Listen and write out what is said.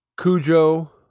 Cujo